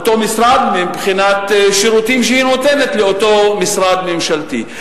מבחינת שירותים שהיא נותנת לאותו משרד ממשלתי,